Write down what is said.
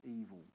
evil